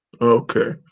Okay